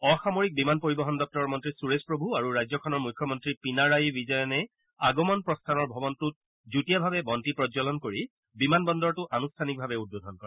অসামৰিক বিমান পৰিবহন দপ্তৰৰ মন্ত্ৰী সুৰেশ প্ৰভু আৰু ৰাজ্যখনৰ মুখ্যমন্ত্ৰী পিনাৰায়ি ৱিজয়নে আগমন প্ৰস্থানৰ ভৱনটোত যুটীয়াভাৱে বন্তি প্ৰজ্বলন কৰি বিমান বন্দৰটো আনুষ্ঠানিকভাৱে উদ্বোধন কৰে